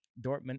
Dortmund